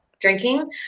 drinking